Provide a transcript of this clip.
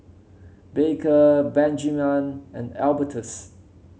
Baker Benjiman and Albertus